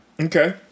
Okay